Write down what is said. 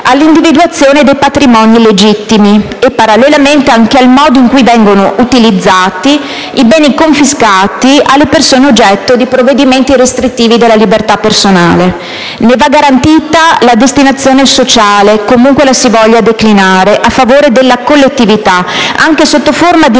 all'individuazione dei patrimoni illegittimi e, parallelamente, anche al modo in cui vengono utilizzati i beni confiscati alle persone oggetto di provvedimenti restrittivi della libertà personale. Ne va garantita la destinazione sociale, comunque la si voglia declinare, a favore della collettività, anche sotto forma di